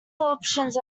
options